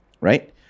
right